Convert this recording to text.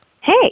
Hey